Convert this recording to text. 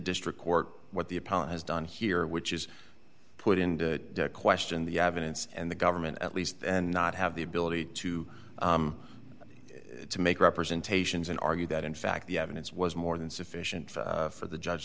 district court what the opponent has done here which is put into question the evidence and the government at least and not have the ability to to make representations and argue that in fact the evidence was more than sufficient for the judge